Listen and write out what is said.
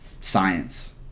science